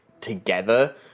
together